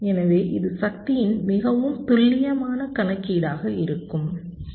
எனவே இது சக்தியின் மிகவும் துல்லியமான கணக்கீடாக இருக்கும் சரி